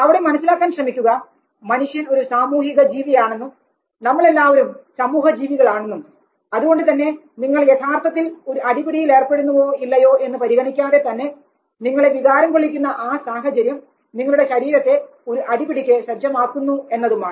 അവിടെ മനസ്സിലാക്കാൻ ശ്രമിക്കുക മനുഷ്യൻ ഒരു സാമൂഹിക ജീവി ആണെന്നും നമ്മളെല്ലാവരും സമൂഹജീവികൾ ആണെന്നും അതുകൊണ്ടുതന്നെ നിങ്ങൾ യഥാർത്ഥത്തിൽ ഒരു അടിപിടിയിൽ ഏർപ്പെടുന്നുവോ ഇല്ലയോ എന്ന് പരിഗണിക്കാതെ തന്നെ നിങ്ങളെ വികാരം കൊള്ളിക്കുന്ന ആ സാഹചര്യം നിങ്ങളുടെ ശരീരത്തെ ഒരു അടിപിടിക്ക് സജ്ജമാക്കുന്നു എന്നതുമാണ്